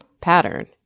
pattern